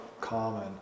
common